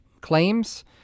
claims